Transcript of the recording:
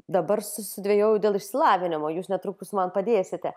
dabar susidvejoju dėl išsilavinimo jūs netrukus man padėsite